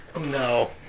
No